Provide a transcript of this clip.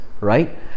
right